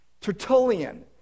Tertullian